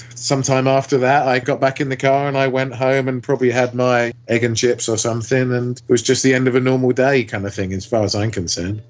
some time after that i got back in the car and i went home um and probably had my egg and chips or something, and it was just the end of a normal day kind of thing as far as i'm concerned.